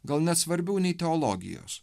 gal net svarbiau nei teologijos